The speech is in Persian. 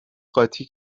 قاطی